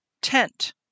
tent